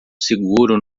seguro